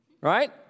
Right